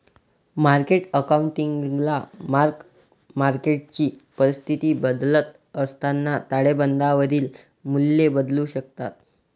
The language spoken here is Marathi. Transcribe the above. मार्केट अकाउंटिंगला मार्क मार्केटची परिस्थिती बदलत असताना ताळेबंदावरील मूल्ये बदलू शकतात